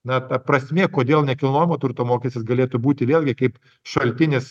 na ta prasmė kodėl nekilnojamo turto mokestis galėtų būti vėlgi kaip šaltinis